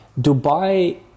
Dubai